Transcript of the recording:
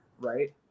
right